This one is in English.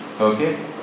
Okay